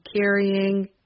carrying